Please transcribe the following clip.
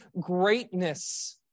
greatness